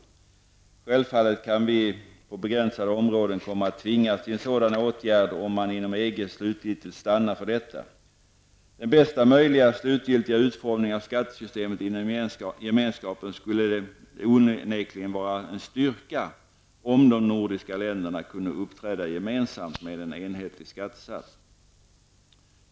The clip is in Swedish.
Självfallet kan vi på begränsade områden komma att tvingas till en sådan åtärd om man inom EG slutgiltigt stannar för detta. För bästa möjliga slutgiltiga utformning av skattesystemet inom Gemenskapen skulle det onekligen vara en styrka om de nordiska länderna kunde uppträda gemensamt med en enhetlig skattesats.